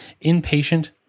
impatient